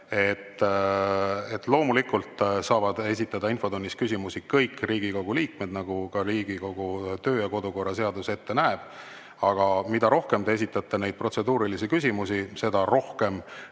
et loomulikult saavad esitada infotunnis küsimusi kõik Riigikogu liikmed, nagu ka Riigikogu [kodu‑ ja töö]korra seadus ette näeb. Aga mida rohkem te esitate neid protseduurilisi küsimusi, seda rohkem